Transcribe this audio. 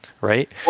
right